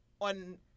on